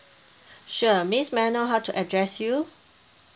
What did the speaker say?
sure miss may I know how to address you